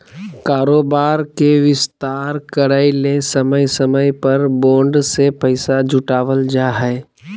कारोबार के विस्तार करय ले समय समय पर बॉन्ड से पैसा जुटावल जा हइ